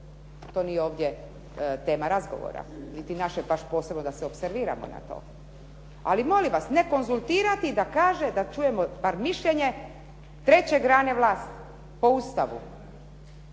to nije ovdje tema razgovora, niti naše baš posebno da se opserviramo na to. Ali molim vas, ne konzultirati da kaže, da čujemo bar mišljenje treće grane vlasti po Ustavu.